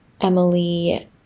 Emily